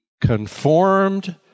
conformed